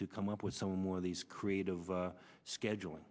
to come up with some more of these creative schedul